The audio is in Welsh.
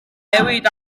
newid